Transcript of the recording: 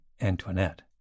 Antoinette